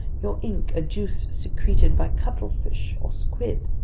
your ink a juice secreted by cuttlefish or squid.